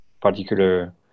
particular